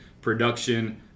production